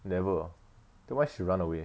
never ah then why she run away